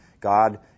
God